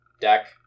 deck